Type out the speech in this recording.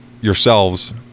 yourselves